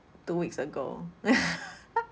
two weeks ago